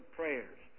prayers